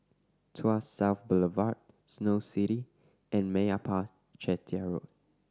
Tuas South Boulevard Snow City and Meyappa Chettiar Road